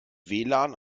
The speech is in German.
wlan